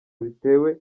bitewe